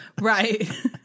Right